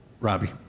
Robbie